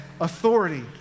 authority